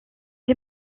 ces